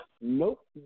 Nope